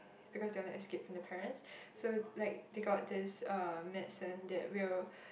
because they want to escape from the parents so like they got this uh medicine that will